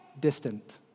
distant